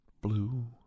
Blue